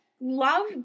Love